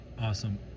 Awesome